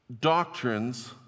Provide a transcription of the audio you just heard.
doctrines